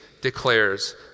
declares